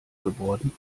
geworden